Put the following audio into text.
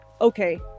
Okay